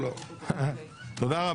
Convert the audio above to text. תודה.